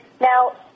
Now